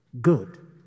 good